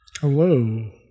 Hello